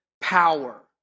power